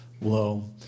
low